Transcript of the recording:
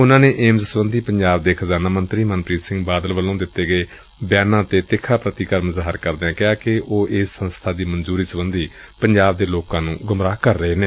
ਉਨੂਾਂ ਨੇ ਏਮਜ਼ ਸਬੰਧੀ ਪੰਜਾਬ ਦੇ ਖਜ਼ਾਨਾ ਮੰਤਰੀ ਮਨਪ੍ੀਤ ਸਿੰਘ ਬਾਦਲ ਵੱਲੋਂ ਦਿੱਤੇ ਗਏ ਬਿਆਨਾਂ ਤੇ ਤਿੱਖਾ ਪ੍ਤੀਕਰਮ ਜ਼ਾਹਿਰ ਕਰਦਿਆਂ ਕਿਹਾ ਕਿ ਉਹ ਇਸ ਸੰਸਬਾ ਦੀ ਮਨਜੂਰੀ ਸਬੰਧੀ ਪੰਜਾਬ ਦੇ ਲੋਕਾਂ ਨੂੰ ਗੁੰਮਰਾਹ ਕਰ ਰਹੇ ਨੇ